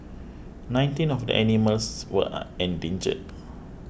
nineteen of the animals were endangered